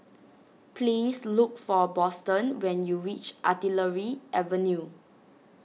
please look for Boston when you reach Artillery Avenue